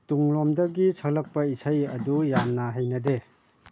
ꯇꯨꯡꯂꯣꯝꯗꯒꯤ ꯁꯛꯂꯛꯄ ꯏꯁꯩ ꯑꯗꯨ ꯌꯥꯝꯅ ꯍꯩꯅꯗꯦ